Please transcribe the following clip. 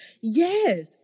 Yes